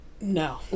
No